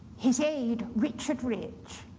his aid richard rich,